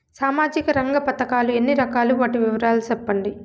సామాజిక రంగ పథకాలు ఎన్ని రకాలు? వాటి వివరాలు సెప్పండి